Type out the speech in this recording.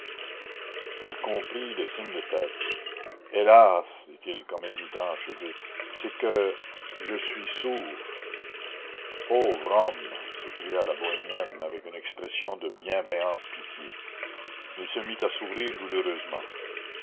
il comprit le signe de tête hélas dit-il comme hésitant à achever c'est que je suis sourd pauvre homme s'écria la bohémienne avec une expression de bienveillante pitié il se mit à sourire douloureusement